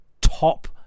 top